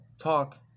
talk